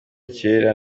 kera